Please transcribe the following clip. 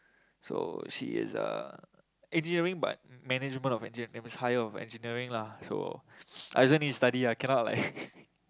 so she is uh engineering but management of engin~ that means is higher of engineering lah so I also need to study ah cannot like